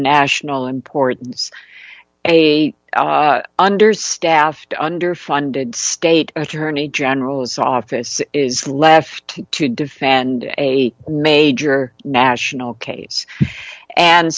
national importance a understaffed under funded state attorney general's office is left to defend a major national case and